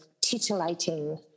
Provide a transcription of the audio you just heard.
titillating